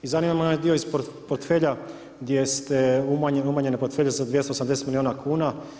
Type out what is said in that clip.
I zanima me onaj dio iz portfelja gdje ste umanjili portfelj za 280 milijuna kuna.